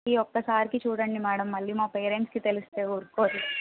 ఈ ఒక్కసారికి చూడండి మేడం మళ్ళీ మా పేరెంట్స్కి తెలిస్తే ఊరుకోరు